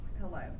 hello